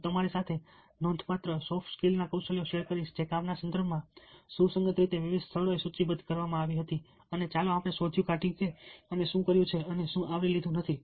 હું તમારી સાથે નોંધપાત્ર સોફ્ટ કૌશલ્યો શેર કરીશ જે કામના સંદર્ભમાં ખૂબ જ સુસંગત તરીકે વિવિધ સ્થળોએ સૂચિબદ્ધ કરવામાં આવી હતી અને ચાલો આપણે શોધી કાઢીએ કે અમે શું કર્યું છે અને શું આવરી લીધું નથી